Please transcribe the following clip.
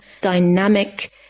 dynamic